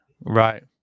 Right